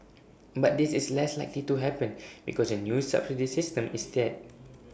but this is less likely to happen because the new subsidy system is tiered